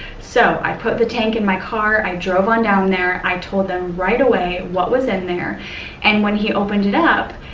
so, i put the tank in my car, i drove on down there, i told them right away what was in there and when he opened it up,